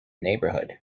neighborhood